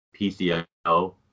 PCO